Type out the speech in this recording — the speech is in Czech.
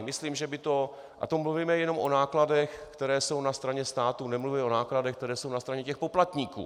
Myslím, že by to a to mluvíme jenom o nákladech, které jsou na straně státu, nemluvím o nákladech, které jsou na straně těch poplatníků.